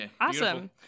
Awesome